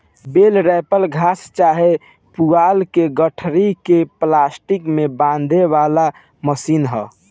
बेल wrapper घास चाहे पुआल के गठरी के प्लास्टिक में बांधे वाला मशीन ह